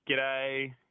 G'day